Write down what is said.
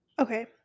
Okay